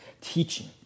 teaching